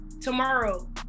tomorrow